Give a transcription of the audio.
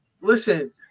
Listen